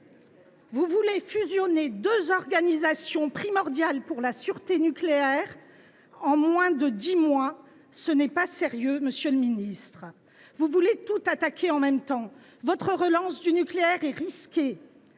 vous voulez fusionner deux organisations primordiales pour la sûreté nucléaire. Ce n’est pas sérieux, monsieur le ministre ! Vous voulez tout attaquer en même temps. Votre relance du nucléaire est risquée.